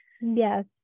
Yes